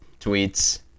tweets